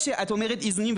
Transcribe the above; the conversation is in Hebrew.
אני מאמינה בעם ישראל.